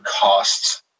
costs